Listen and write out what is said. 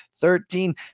thirteen